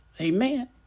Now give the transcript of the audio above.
Amen